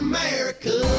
America